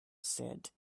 said